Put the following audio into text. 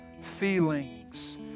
feelings